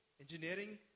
engineering